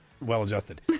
well-adjusted